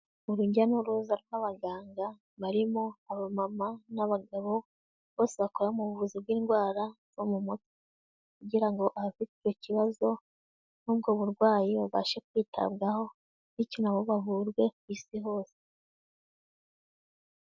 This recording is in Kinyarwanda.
Urujya n'uruza rw'abaganga, barimo abamama n'abagabo bose bakora mu buvuzi bw'indwara zo mu mutwe kugira ngo abafite icyo ikibazo n'ubwo burwayi babashe kwitabwaho, bityo nabo bavurwe ku isi hose.